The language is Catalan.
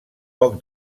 poc